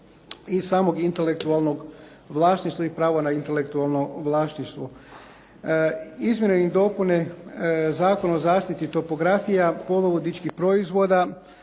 i samog intelektualnog vlasništva i prava na intelektualno vlasništvo. Izmjene i dopune Zakona o zaštiti topografija poluvodičkih proizvoda